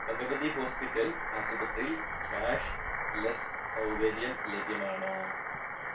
Bhagavathi hospital ആശുപത്രിയിൽ cashless സൗകര്യം ലഭ്യമാണോ